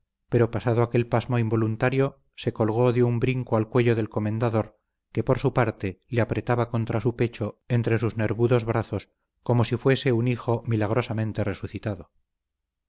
pero pasado aquel pasmo involuntario se colgó de un brinco al cuello del comendador que por su parte le apretaba contra su pecho entre sus nervudos brazos como si fuese un hijo milagrosamente resucitado